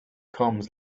comes